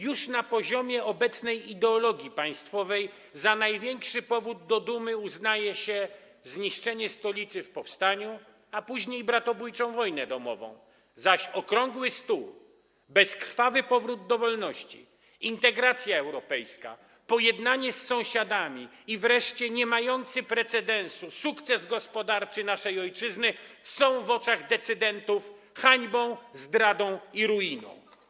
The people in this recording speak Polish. Już na poziomie obecnej ideologii państwowej za największy powód do dumy uznaje się zniszczenie stolicy w powstaniu, a później bratobójczą wojnę domową, zaś okrągły stół, bezkrwawy powrót do wolności, integracja europejska, pojednanie z sąsiadami i wreszcie niemający precedensu sukces gospodarczy naszej ojczyzny są w oczach decydentów hańbą, zdradą i ruiną.